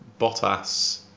Bottas